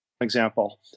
example